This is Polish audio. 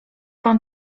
pan